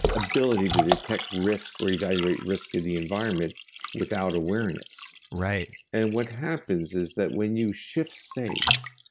ability to detect risk or evaluate risk of the environment without awareness right and what happens is that, when you shift states,